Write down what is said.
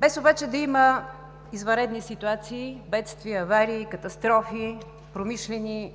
без обаче да има извънредни ситуации – бедствия, аварии, катастрофи, промишлени